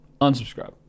unsubscribe